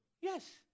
Yes